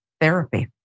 therapy